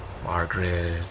Margaret